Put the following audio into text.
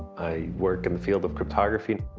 i work in the field of cryptography.